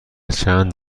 چند